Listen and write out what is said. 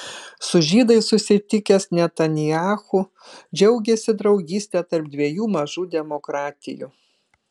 su žydais susitikęs netanyahu džiaugėsi draugyste tarp dviejų mažų demokratijų